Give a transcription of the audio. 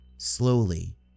Slowly